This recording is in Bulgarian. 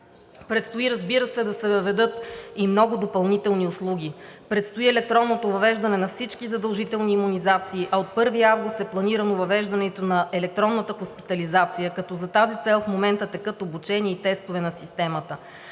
Предстои, разбира се, да се въведат и много допълнителни услуги, предстои електронното въвеждане на всички задължителни имунизации, а от 1 август е планирано въвеждането на електронната хоспитализация, като за тази цел в момента текат обучения и тестове на системата.